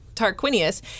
Tarquinius